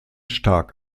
stark